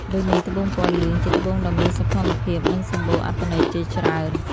ដូចនេះត្បូងពណ៌លឿង ជាត្បូងដ៏មានសោភ័ណភាព និងសម្បូរអត្ថន័យជាច្រើន។